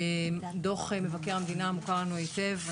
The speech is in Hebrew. דוח מבקר המדינה מוכר לנו היטב.